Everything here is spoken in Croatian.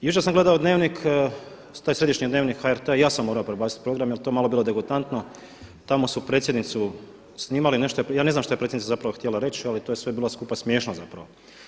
Jučer sam gledao Dnevnik, taj središnji Dnevnik HRT-a i ja sam morao prebaciti program jer je to malo bilo degutantno, tamo su predsjednicu snimali, nešto je, ja ne znam šta je predsjednica zapravo htjela reći ali to je sve bilo skupa smiješno zapravo.